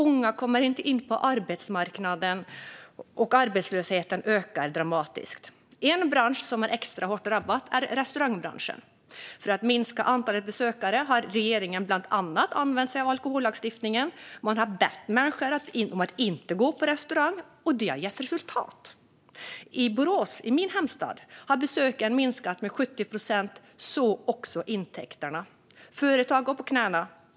Unga kommer inte in på arbetsmarknaden. Arbetslösheten ökar dramatiskt. En bransch som är extra hårt drabbad är restaurangbranschen. För att minska antalet besökare har regeringen bland annat använt sig av alkohollagstiftningen. Man har bett människor att inte gå på restaurang, och det har gett resultat. I min hemstad Borås har besöken minskat med 70 procent, så också intäkterna. Företag går på knäna.